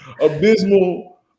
abysmal